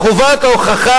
אינו נוכח סתיו שפיר,